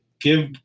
give